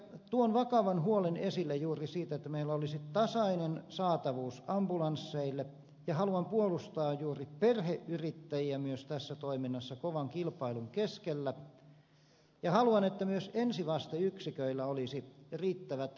elikkä tuon vakavan huolen esille juuri siitä että meillä olisi tasainen saatavuus ambulansseille ja haluan puolustaa juuri perheyrittäjiä myös tässä toiminnassa kovan kilpailun keskellä ja haluan että myös ensivasteyksiköillä olisi riittävät varusteet ja valmiudet